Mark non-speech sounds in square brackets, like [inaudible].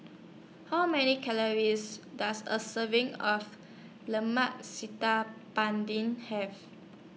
How Many Calories Does A Serving of Lemak [unintelligible] Ban Ding Have